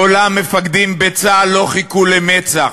מעולם מפקדים בצה"ל לא חיכו למצ"ח.